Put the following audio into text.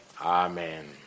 Amen